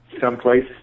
someplace